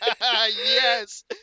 Yes